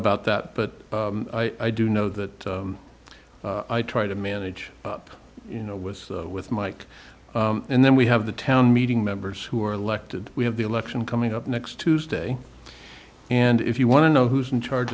about that but i do know that i try to manage up you know was with mike and then we have the town meeting members who are elected we have the election coming up next tuesday and if you want to know who's in charge